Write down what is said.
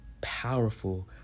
powerful